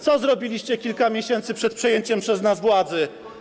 Co zrobiliście kilka miesięcy przed przejęciem przez nas władzy?